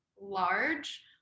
large